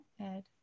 ed